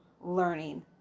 learning